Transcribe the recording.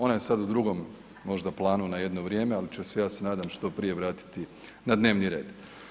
Ona je sada u drugom možda planu na jedno vrijeme ali će se ja se nadam što prije vratiti na dnevni red.